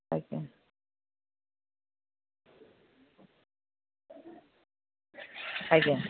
ଆଜ୍ଞା ଆଜ୍ଞା